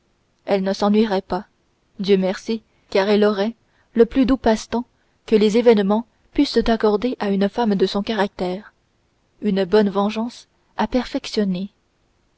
elle ne s'ennuierait pas dieu merci car elle aurait le plus doux passe-temps que les événements pussent accorder à une femme de son caractère une bonne vengeance à perfectionner